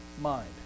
mind